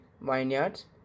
vineyards